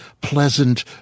pleasant